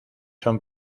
son